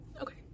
okay